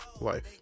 life